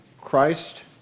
Christ